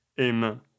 amen